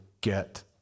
get